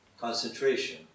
concentration